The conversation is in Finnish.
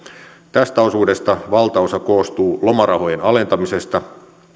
tästä osuudesta valtaosa koostuu lomarahojen alentamisesta